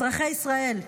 אזרחי ישראל,